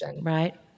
Right